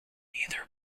nether